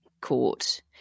court